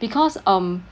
because um